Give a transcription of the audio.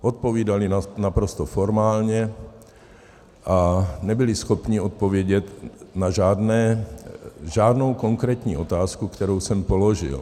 Odpovídali naprosto formálně a nebyli schopni odpovědět na žádnou konkrétní otázku, kterou jsem položil.